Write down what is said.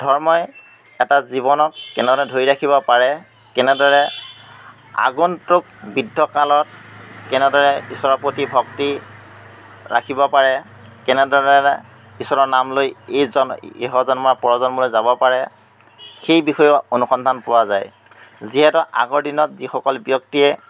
ধৰ্মই এটা জীৱনত কেনেদৰে ধৰি ৰাখিব পাৰে কেনেদৰে আগন্তুক বৃদ্ধকালত কেনেদৰে ঈশ্বৰৰ প্ৰতি ভক্তি ৰাখিব পাৰে কেনেদৰে ঈশ্বৰৰ নাম লৈ এইজন ইহ জন্মৰ পৰ জন্মলৈ যাব পাৰে সেই বিষয়েও অনুসন্ধান পোৱা যায় যিহেতু আগৰ দিনত যিসকল ব্যক্তিয়ে